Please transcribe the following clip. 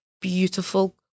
beautiful